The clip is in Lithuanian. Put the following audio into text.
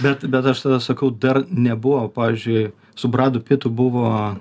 bet bet aš tada sakau dar nebuvo pavyzdžiui su bradu pitu buvo